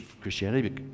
Christianity